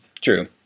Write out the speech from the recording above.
True